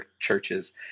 churches